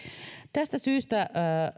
tästä syystä